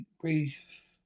brief